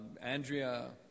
Andrea